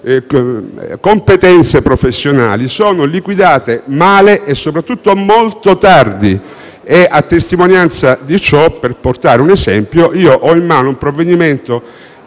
competenze professionali sono liquidate male e soprattutto molto tardi. A testimonianza di ciò, per portare un esempio, ho in mano un provvedimento